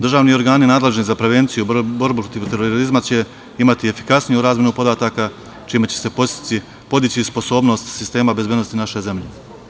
Državni organi nadležni za prevenciju, borbu protiv terorizma će imati efikasniju razmenu podataka čime će se podići sposobnost sistema bezbednosti naše zemlje.